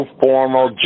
formal